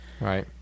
right